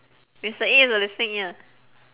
mister E is a listening ear